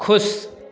खुश